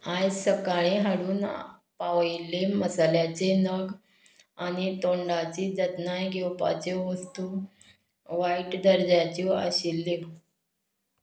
आयज सकाळीं हाडून पावयल्ले मसाल्यांचे नग आनी तोंडाची जतनाय घेवपाच्यो वस्तू वायट दर्जाच्यो आशिल्ल्यो